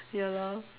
ya lah